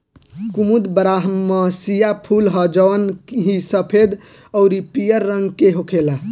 कुमुद बारहमसीया फूल ह जवन की सफेद अउरी पियर रंग के होखेला